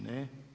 Ne.